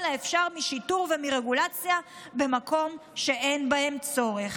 האפשר משיטור ומרגולציה במקום שאין בהם צורך.